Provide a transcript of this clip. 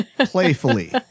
Playfully